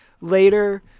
later